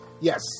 Yes